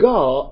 God